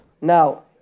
now